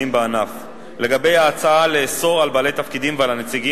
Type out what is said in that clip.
בענף לגבי ההצעה לאסור על בעלי התפקידים ועל הנציגים